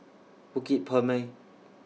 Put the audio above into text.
Bukit Purmei